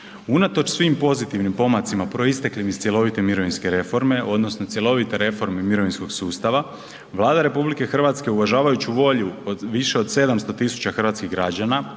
Unatoč svim pozitivnim pomacima proisteklim iz cjelovite mirovinske reforme odnosno cjelovite reforme mirovinskog sustava Vlada RH uvažavajući volju od više od 700.000 hrvatskih građana